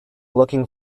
looking